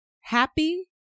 happy